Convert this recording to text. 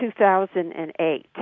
2008